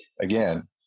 Again